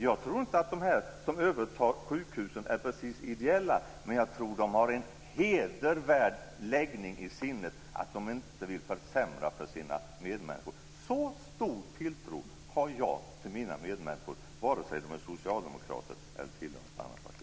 Jag tror inte att de som övertar sjukhusen är ideella, men jag tror att de har en hedervärd läggning och inte vill försämra för sina medmänniskor. Så stor tilltro har jag till mina medmänniskor, vare sig de är socialdemokrater eller tillhör något annat parti.